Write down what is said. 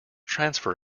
transfer